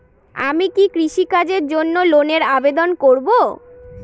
আমি কি কৃষিকাজের জন্য লোনের আবেদন করব?